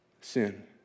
sin